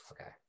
Okay